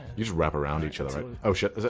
you should wrap around each other. oh shit, is it?